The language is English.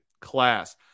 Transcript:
class